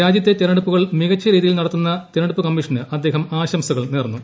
രാജൃത്തെ തെരഞ്ഞെടു പ്പുകൾ മികച്ച രീതിയിൽ നടത്തുന്ന തെരഞ്ഞെടുപ്പ് കമ്മീഷന് അദ്ദേഹം ആശംസകൾ നേർന്നു